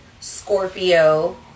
Scorpio